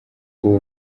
ubu